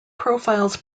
profiles